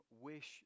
wish